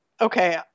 okay